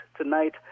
tonight